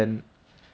how legit